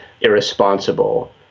irresponsible